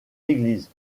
église